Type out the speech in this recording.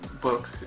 book